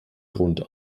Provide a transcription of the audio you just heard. grund